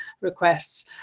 requests